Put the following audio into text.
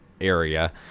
area